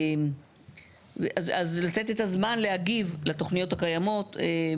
אז לתת את הזמן להגיב לתוכניות הקיימות.